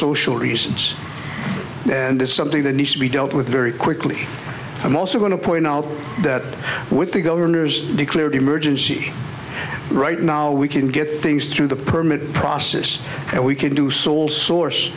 social reasons and it's something that needs to be dealt with very quickly i'm also going to point out that with the governor's declared emergency right now we can get things through the permit process and we can do sole source